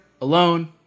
alone